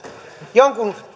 jonkun